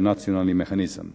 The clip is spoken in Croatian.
nacionalni mehanizam.